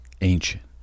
Ancient